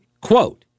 quote